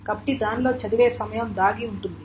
కాబట్టి దానిలో చదివే సమయం దాగి ఉంది